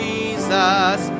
Jesus